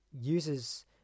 uses